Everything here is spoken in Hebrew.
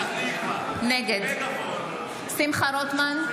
נגד שמחה רוטמן,